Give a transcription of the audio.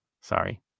Sorry